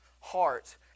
heart